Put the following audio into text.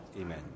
Amen